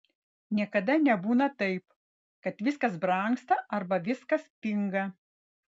niekada nebūna taip kad viskas brangsta arba viskas pinga